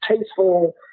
tasteful